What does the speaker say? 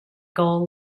goal